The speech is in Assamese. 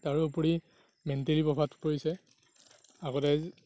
তাৰোপৰি মেণ্টেলী প্ৰভাৱ পৰিছে আগতে